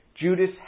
Judas